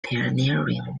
pioneering